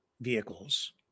vehicles